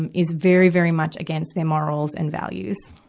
and is very, very much against their morals and values.